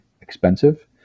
expensive